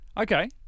Okay